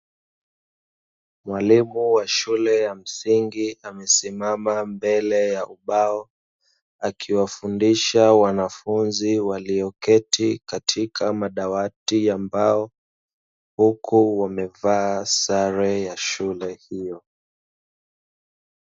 Mwalimu wa shule ya msingi amesimama mbele ya ubao, akiwafundisha wanafunzi walioketi katika madawati ya mbao, huku wamevaa sare ya shule hiyo.